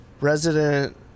resident